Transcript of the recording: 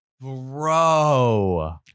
Bro